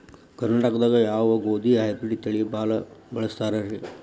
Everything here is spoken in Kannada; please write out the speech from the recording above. ಕರ್ನಾಟಕದಾಗ ಯಾವ ಗೋಧಿ ಹೈಬ್ರಿಡ್ ತಳಿ ಭಾಳ ಬಳಸ್ತಾರ ರೇ?